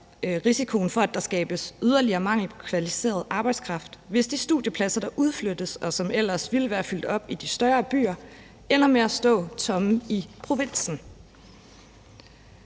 risikoen for, at der skabes yderligere mangel på kvalificeret arbejdskraft, hvis de studiepladser, der udflyttes, og som vi ellers ville være fyldt op i de større byer, ender med at stå tomme i provinsen.